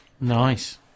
nice